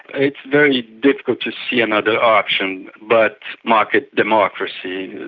it's very difficult to see another option but market democracy.